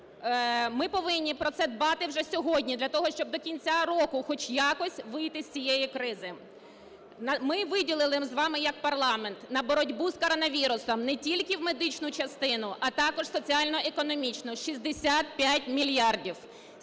ми повинні про це дбати вже сьогодні для того, щоб до кінця року хоч якось вийти з цієї кризи. Ми виділили з вами як парламент на боротьбу з коронавірусом не тільки в медичну частину, а також в соціально-економічну 65 мільярдів.